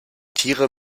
tiere